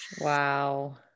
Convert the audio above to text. Wow